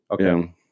Okay